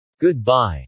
Goodbye